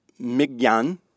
migyan